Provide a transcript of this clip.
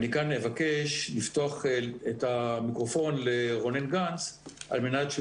אני כאן אבקש לפתוח את המיקרופון לרונן גנץ על מנת שהוא